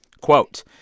Quote